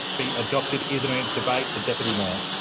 be adopted. is there any debate? the deputy mayor.